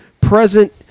present